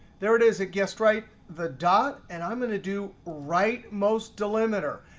there it is. it guessed right the dot. and i'm going to do right most delimiter.